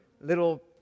little